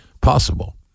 possible